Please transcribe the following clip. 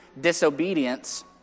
disobedience